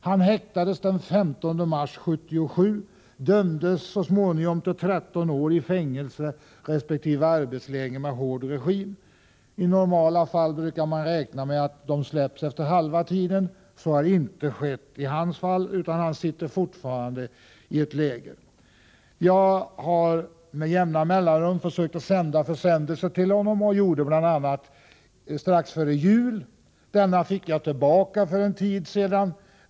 Han häktades den 15 mars 1977 och dömdes så småningom till 13 år i fängelse resp. arbetsläger med hård regim. I normala fall brukar man räkna med att de släpps efter halva tiden. Så har inte skett i hans fall, utan han sitter fortfarande i ett läger. Jag har med jämna mellanrum försökt att sända försändelser till honom och gjorde det bl.a. strax före jul. Denna fick jag tillbaka för en tid sedan.